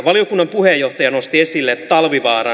valiokunnan puheenjohtaja nosti esille talvivaaran